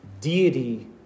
deity